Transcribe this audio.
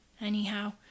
Anyhow